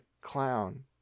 clown